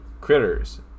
Critters